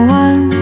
one